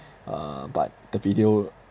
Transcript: uh but the video